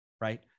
right